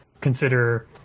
consider